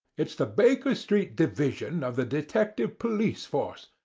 it's the baker street division of the detective police force,